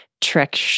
trick